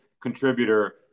contributor